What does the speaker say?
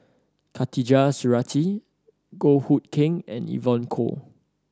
Khatijah Surattee Goh Hood Keng and Evon Kow